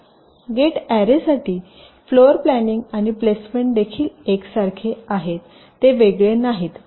तर गेट अॅरेसाठी floor planning आणि प्लेसमेंट देखील एकसारखे आहे ते वेगळे नाहीत